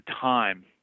time